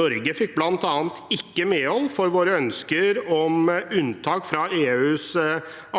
Norge fikk bl.a. ikke medhold i sitt ønske om unntak fra EUs